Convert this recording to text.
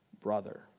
brother